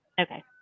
Okay